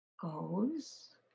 goes